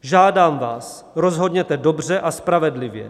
Žádám vás, rozhodněte dobře a spravedlivě.